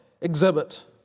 exhibit